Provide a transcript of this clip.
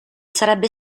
sarebbe